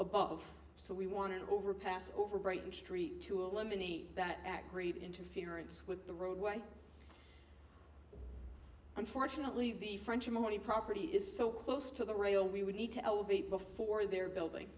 above so we want to overpass over brighton street to eliminate that achree interference with the roadway unfortunately the french money property is so close to the rail we would need to elevate before they're building